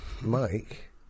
Mike